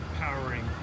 powering